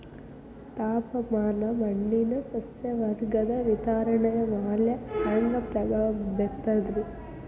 ತಾಪಮಾನ ಮಣ್ಣಿನ ಸಸ್ಯವರ್ಗದ ವಿತರಣೆಯ ಮ್ಯಾಲ ಹ್ಯಾಂಗ ಪ್ರಭಾವ ಬೇರ್ತದ್ರಿ?